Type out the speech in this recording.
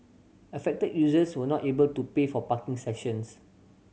affected users were not able to pay for parking sessions